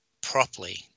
properly